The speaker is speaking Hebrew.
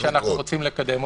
כן, זה משהו שאנחנו רוצים לקדם.